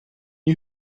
you